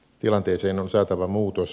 tilanteeseen on saatava muutos